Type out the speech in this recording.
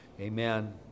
amen